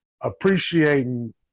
appreciating